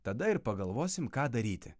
tada ir pagalvosim ką daryti